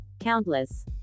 Countless